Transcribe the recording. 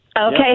Okay